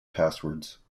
passwords